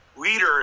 leader